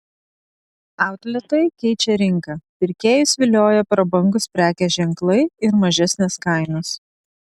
outletai keičia rinką pirkėjus vilioja prabangūs prekės ženklai ir mažesnės kainos